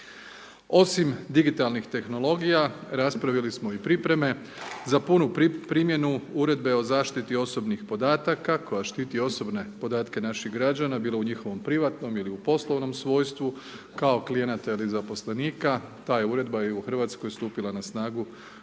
Osim digitalnih tehnologija, raspravili smo i pripreme. Za punu primjenu, uredbe za zaštiti osobnih podataka, koja štiti osobne podatake naših građana, bilo u njihovim privatnom ili u poslovnim svojstvu, kao klijenata ili zaposlenika, ta je uredba i u Hrvatskoj stupala na snagu